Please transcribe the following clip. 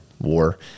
war